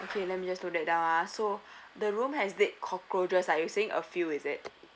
okay let me just note that down ah so the room has dead cockroaches like you're saying a few is it